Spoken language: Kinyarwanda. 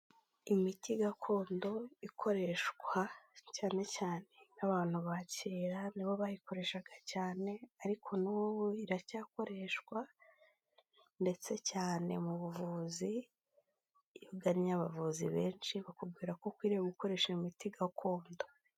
Imiti gakondo ikoreshwa cyane cyane nk'abantu ba kera ni bo bayikoreshaga cyane ariko n'ubu iracyakoreshwa ndetse cyane mu buvuzi, iyo ugannye abavuzi benshi bakubwira ko ukwiriye gukoresha iyo miti gakondo.